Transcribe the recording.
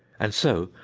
and so,